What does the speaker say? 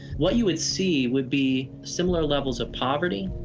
what you would see would be similar levels of poverty,